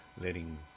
letting